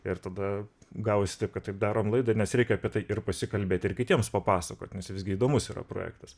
ir tada gavosi taip kad taip darom laidą nes reikia apie tai ir pasikalbėti ir kitiems papasakot nes visgi įdomus yra projektas